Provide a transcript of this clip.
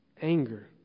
Anger